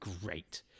great